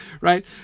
right